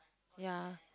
yea